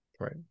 Right